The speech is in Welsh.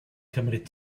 cymryd